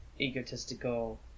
egotistical